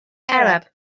arab